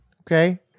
Okay